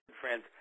friends